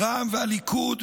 רע"מ והליכוד,